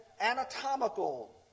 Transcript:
anatomical